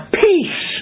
peace